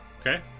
Okay